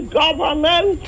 government